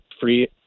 free